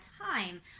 time